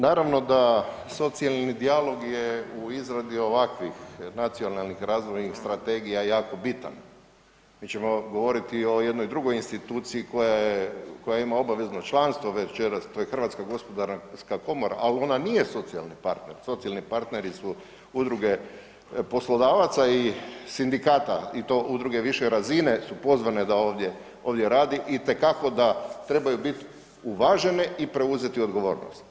Naravno da socijalni dijalog je u izradi ovakvih nacionalnih razvojnih strategija jako bitan, mi ćemo govoriti o jednoj drugoj instituciji koja ima obavezno članstvo večeras to je HGK, ali ona nije socijalni partner, socijalni partneri su udruge poslodavaca i sindikata i to udruge više razine su pozvane da ovdje radi itekako da trebaju biti uvažene i preuzeti odgovornost.